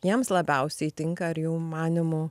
jiems labiausiai tinka ar jų manymu